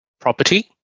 property